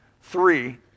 three